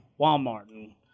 walmart